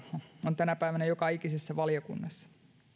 on tänä päivänä joka ikisessä valiokunnassa